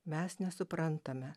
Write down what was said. mes nesuprantame